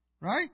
Right